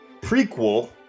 prequel